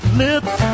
lips